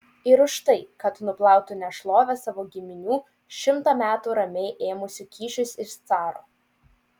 ir už tai kad nuplautų nešlovę savo giminių šimtą metų ramiai ėmusių kyšius iš caro